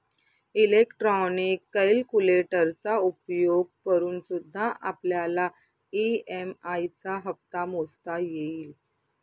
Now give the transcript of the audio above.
electronic कैलकुलेटरचा उपयोग करूनसुद्धा आपल्याला ई.एम.आई चा हप्ता मोजता येईल